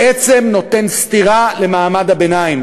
בעצם נותן סטירה למעמד הביניים,